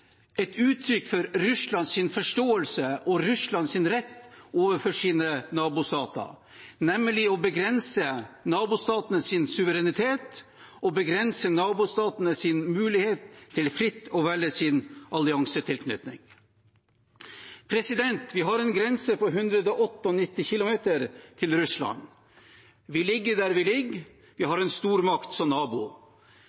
et uttrykk for Russlands forståelse og Russlands rett overfor sine nabostater, nemlig å begrense nabostatenes suverenitet og begrense nabostatenes mulighet til fritt å velge sin alliansetilknytning. Vi har en grense på 198 km til Russland. Vi ligger der vi ligger, vi